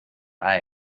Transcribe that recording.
ein